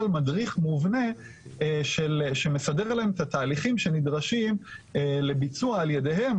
מדריך מובנה שמסדר להם את התהליכים שנדרשים לביצוע על ידיהם,